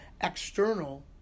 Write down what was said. external